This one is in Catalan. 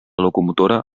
locomotora